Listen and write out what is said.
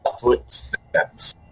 footsteps